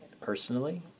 personally